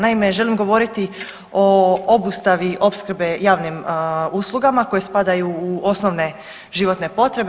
Naime, želim govoriti o obustavi opskrbe javnim uslugama koje spadaju u osnovne životne potrebe.